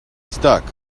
stuck